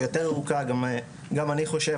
גם אני חושב,